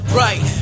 right